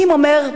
אם אומר,